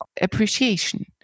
appreciation